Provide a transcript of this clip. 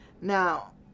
now